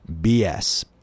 BS